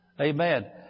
Amen